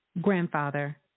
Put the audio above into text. grandfather